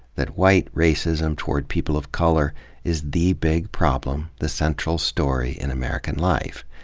that white racism toward people of color is the big problem, the central story in american life.